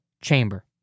chamber